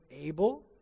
able